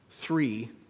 three